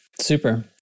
super